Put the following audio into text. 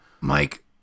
Mike